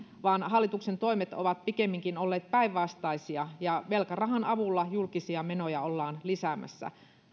vaan hallituksen toimet ovat pikemminkin olleet päinvastaisia ja velkarahan avulla julkisia menoja ollaan lisäämässä